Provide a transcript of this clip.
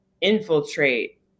infiltrate